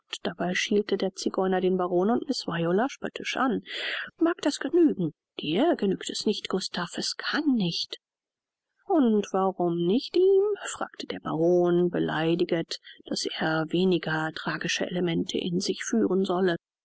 dabei schielte der zigeuner den baron und miß viola spöttisch an mag das genügen dir genügt es nicht gustav es kann nicht und warum nicht ihm fragte der baron beleidiget daß er weniger tragische elemente in sich führen solle